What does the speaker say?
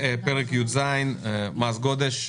פרק י"ז, מס גודש.